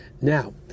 Now